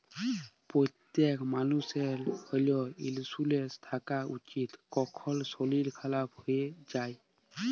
প্যত্তেক মালুষের health insurance থ্যাকা উচিত, কখল শরীর খারাপ হয়ে যায়